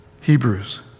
Hebrews